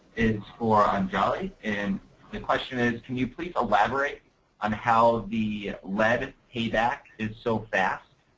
is for anjali. and the question is can you please elaborate on how the lead payback is so fast?